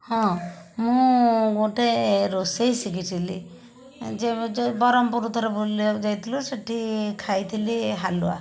ହଁ ମୁଁ ଗୋଟେ ରୋଷେଇ ଶିଖିଥିଲି ଯୋଉ ବ୍ରହ୍ମପୁର ଥରେ ବୁଲିବାକୁ ଯାଇଥିଲୁ ସେଠି ଖାଇଥିଲି ହାଲୁଆ